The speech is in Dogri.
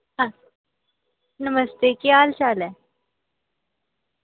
नमस्ते केह् हाल चाल ऐ